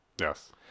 yes